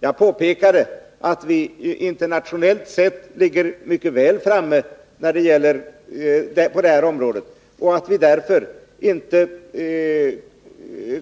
Jag påpekade att vi internationellt sett ligger mycket väl framme och att mitt parti därför inte